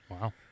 Wow